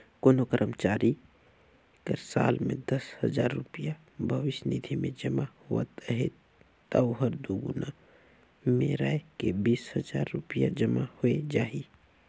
कोनो करमचारी कर साल में दस हजार रूपिया भविस निधि में जमा होवत अहे ता ओहर दुगुना मेराए के बीस हजार रूपिया जमा होए जाही